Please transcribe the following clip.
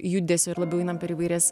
judesio ir labiau einam per įvairias